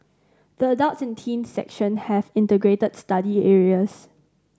the adults and teens section have integrated study areas